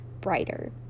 brighter